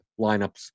lineups